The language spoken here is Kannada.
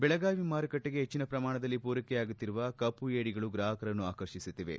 ಬೆಳಗಾವಿ ಮಾರುಕಟ್ಟೆಗೆ ಹೆಚ್ಚಿನ ಪ್ರಮಾಣದಲ್ಲಿ ಪೂರೈಕೆಯಾಗುತ್ತಿರುವ ಕಪ್ಪು ಏಡಿಗಳು ಗ್ರಾಹಕರನ್ನು ಆಕರ್ಷಿಸುತ್ತಿವೆ